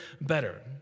better